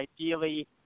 ideally